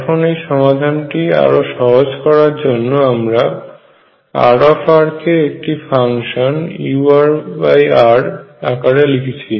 এখন এই সমাধানটি আরো সহজে করবার জন্য আমরা R কে একটি ফাংশন urr আকারে লিখছি